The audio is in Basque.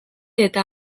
eta